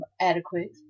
adequate